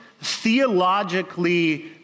theologically